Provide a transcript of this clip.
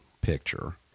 picture